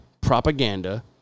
propaganda